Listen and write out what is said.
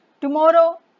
tomorrow